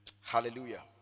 hallelujah